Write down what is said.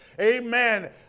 amen